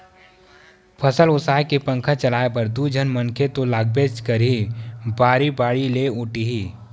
फसल ओसाए के पंखा चलाए बर दू झन मनखे तो लागबेच करही, बाड़ी बारी ले ओटही